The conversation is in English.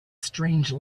strange